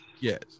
Yes